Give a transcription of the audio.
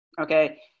okay